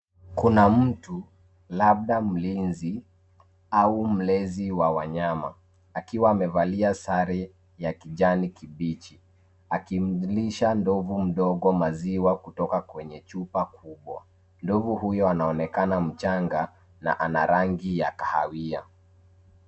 Kuna mtu, labda mlinzi, au mlezi wa wanyama, akiwa amevalia sare ya kijani kibichi. Akimlisha ndovu mdogo maziwa kutoka kwenye chupa kubwa. Ndovu huyo anaonekana mchanga, na ana rangi ya kahawia.